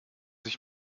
sich